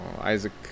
Isaac